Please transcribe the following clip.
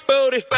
Booty